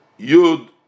yud